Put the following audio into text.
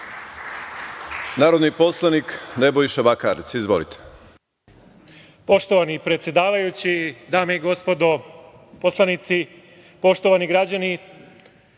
narodni poslanik Nebojša Bakarec. Izvolite.